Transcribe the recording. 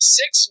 six